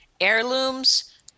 heirlooms